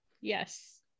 yes